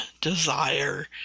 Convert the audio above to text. desire